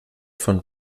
von